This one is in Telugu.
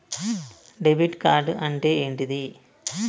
డెబిట్ కార్డ్ అంటే ఏంటిది?